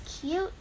cute